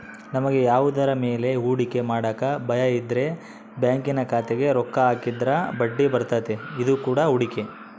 ನಮಗೆ ಯಾವುದರ ಮೇಲೆ ಹೂಡಿಕೆ ಮಾಡಕ ಭಯಯಿದ್ರ ಬ್ಯಾಂಕಿನ ಖಾತೆಗೆ ರೊಕ್ಕ ಹಾಕಿದ್ರ ಬಡ್ಡಿಬರ್ತತೆ, ಇದು ಕೂಡ ಹೂಡಿಕೆ